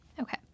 Okay